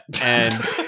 and-